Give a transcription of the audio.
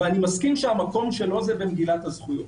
ואני מסכים שהמקום שלו זה במגילת הזכויות.